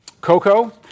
cocoa